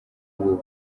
ubu